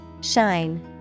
Shine